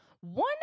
One